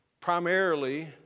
primarily